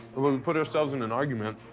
we put ourselves in an argument,